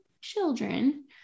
children